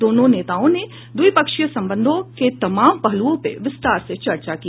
दोनों नेताओं ने द्विपक्षीय संबंधों के तमाम पहलुओं पर विस्तार से चर्चा की